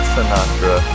Sinatra